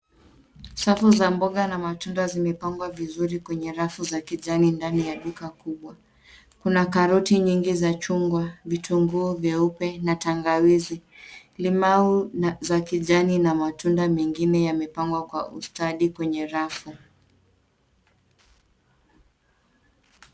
Safu za mboga na matunda zimepangwa vizuri kwenye rafu za kijani ndani ya duka kubwa. Kuna karoti nyingi za chungwa, vitunguu vyeupe na tangawizi, limau za kijani na matunda mengine yamepangwa kwa ustadi kwenye rafu.